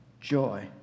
joy